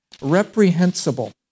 reprehensible